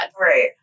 right